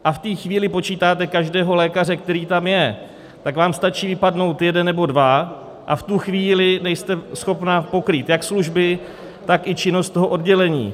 A v té chvíli počítáte každého lékaře, který tam je, tak vám stačí vypadnout jeden nebo dva, a v tu chvíli nejste schopna pokrýt jak služby, tak i činnost toho oddělení.